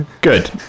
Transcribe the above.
Good